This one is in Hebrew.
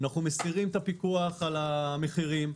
אנחנו מסירים את הפיקוח על המחירים.